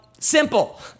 Simple